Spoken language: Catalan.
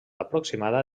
aproximada